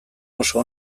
oso